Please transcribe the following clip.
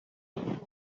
edouard